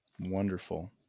wonderful